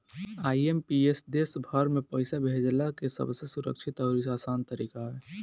IMPS देस भर में पईसा भेजला के सबसे सुरक्षित अउरी आसान तरीका हवे